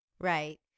Right